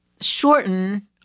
shorten